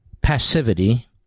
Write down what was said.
passivity